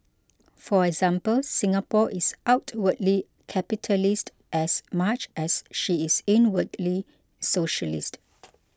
for example Singapore is outwardly capitalist as much as she is inwardly socialist